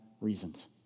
reasons